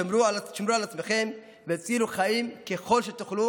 שמרו על עצמכם והצילו חיים ככל שתוכלו.